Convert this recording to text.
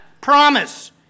Promise